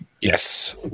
yes